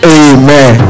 amen